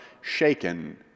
shaken